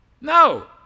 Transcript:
No